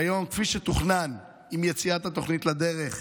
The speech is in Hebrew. כיום, כפי שתוכנן עם יציאת התוכנית לדרך,